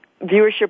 viewership